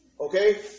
Okay